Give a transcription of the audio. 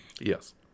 Yes